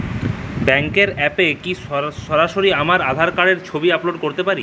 ব্যাংকের অ্যাপ এ কি সরাসরি আমার আঁধার কার্ড র ছবি আপলোড করতে পারি?